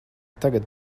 tagad